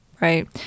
right